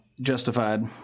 justified